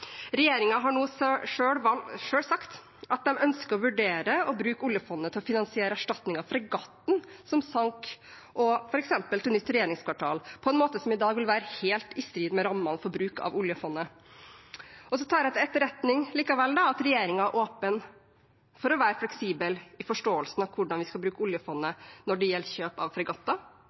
har selv sagt at de ønsker å vurdere å bruke oljefondet til å finansiere erstatning av fregatten som sank, og til f.eks. nytt regjeringskvartal – en måte som i dag ville være helt i strid med rammene for bruk av oljefondet. Så tar jeg likevel til etterretning at regjeringen er åpen for å være fleksibel i forståelsen av hvordan vi skal bruke oljefondet når det gjelder kjøp av fregatter,